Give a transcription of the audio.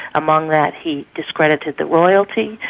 among that he discredited the royalty,